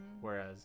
whereas